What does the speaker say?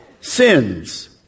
sins